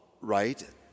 right